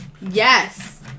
Yes